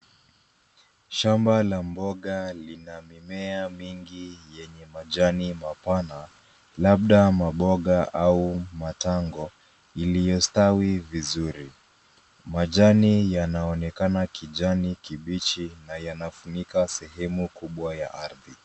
Shamba la mboga lina mimea mingi yenye majani mapana labda maboga au matango iliyostawi vizuri. Majani yanaonekana kijani kibichi na yanafunika sehemu kubwa ya ardhi.